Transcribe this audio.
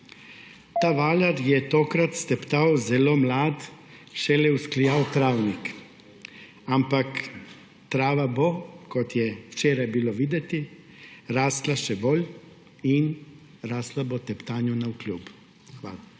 Ta valjar je tokrat steptal zelo mlad, šele vzklil travnik. Ampak trava bo, kot je včeraj bilo videti, rastla še bolj in rastla bo teptanju navkljub. Hvala.